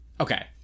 Okay